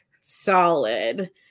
solid